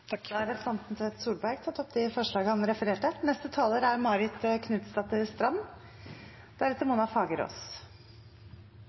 Da har representanten Torstein Tvedt Solberg tatt opp de forslagene han refererte til. Det første vi må slå fast i dag, er